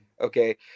okay